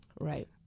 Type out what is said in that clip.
Right